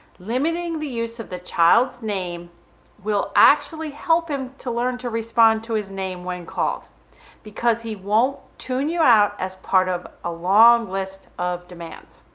limiting the use of the child's name will actually help him to learn to respond to his name when called because he won't tune you out as part of a long list of demands.